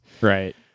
Right